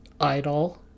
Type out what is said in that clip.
idol